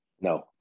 No